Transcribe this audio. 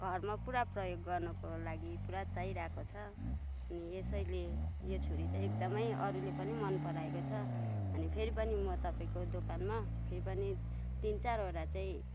घरमा पुरा प्रयोग गर्नुको लागि पुरा चाहिरहेको छ अनि यसैले यो छुरी चाहिँ एकदमै अरूले पनि मनपराएको छ अनि फेरि पनि म तपाईँको दोकानमा फेरि पनि तिन चारवटा चाहिँ